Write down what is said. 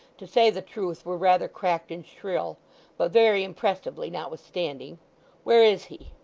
to say the truth were rather cracked and shrill but very impressively, notwithstanding where is he